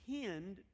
tend